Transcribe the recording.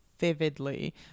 vividly